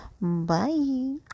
bye